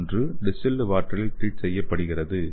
குழு 1 டிஸ்டில்டு வாட்டரில் ட்ரீட் செய்யப்படுகிறது